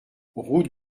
route